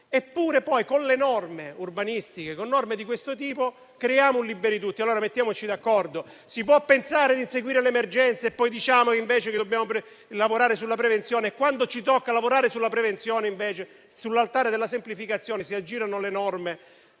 Eppure poi con norme urbanistiche di questo tipo creiamo un liberi tutti. Mettiamoci d'accordo: si può pensare di inseguire l'emergenza e poi dire invece di dove lavorare sulla prevenzione e, quando poi ci tocca lavorare sulla prevenzione, invece sull'altare della semplificazione si aggirano le norme,